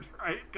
right